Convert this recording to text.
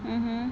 mmhmm